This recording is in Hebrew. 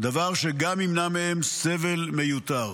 דבר שגם ימנע מהם סבל מיותר.